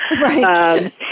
Right